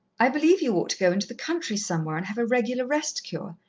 i believe you ought to go into the country somewhere and have a regular rest-cure.